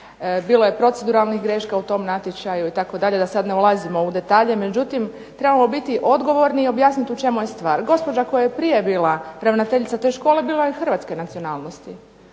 Bilo je proceduralnih greška u tom natječaju itd., da sad ne ulazimo u detalje. Međutim, trebamo biti odgovorni i objasniti u čemu je stvar. Gospođa koja je prije bila ravnateljica te škole bila je hrvatske nacionalnosti.